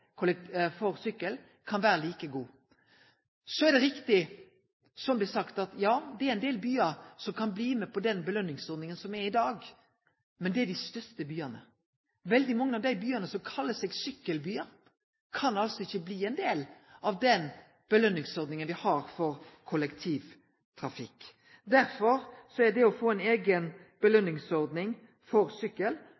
sykkel kan vere like god. Så er det riktig, som det er sagt, at det er ein del byar som kan bli med på den belønningsordninga som er i dag, men det er dei største byane. Veldig mange av dei byane som kallar seg sykkelbyar, kan altså ikkje bli ein del av den belønningsordninga me har for kollektivtrafikken. Derfor er det å få